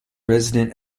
resident